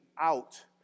out